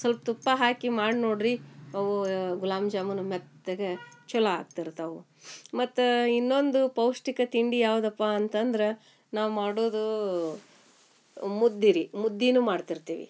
ಸ್ವಲ್ಪ ತುಪ್ಪ ಹಾಕಿ ಮಾಡಿ ನೋಡಿರಿ ಅವು ಗುಲಾಬ್ ಜಾಮೂನು ಮೆತ್ತಗೆ ಚೊಲೋ ಆಗ್ತಿರ್ತವೆ ಮತ್ತು ಇನ್ನೊಂದು ಪೌಷ್ಟಿಕ ತಿಂಡಿ ಯಾವುದಪ್ಪ ಅಂತಂದ್ರೆ ನಾವು ಮಾಡುವುದು ಮುದ್ದೆ ರೀ ಮುದ್ದೆನೂ ಮಾಡ್ತಿರ್ತೀವಿ